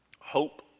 Hope